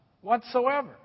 whatsoever